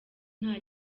nta